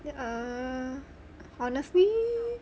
ye~ err honestly